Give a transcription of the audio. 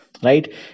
Right